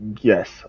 Yes